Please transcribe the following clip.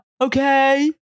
Okay